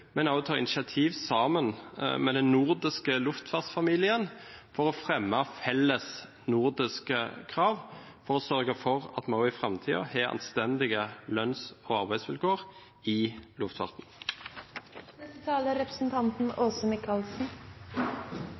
men også tar initiativ sammen med den nordiske luftfartsfamilien for å fremme felles nordiske krav, for å sørge for at vi også i framtiden har anstendige lønns- og arbeidsvilkår i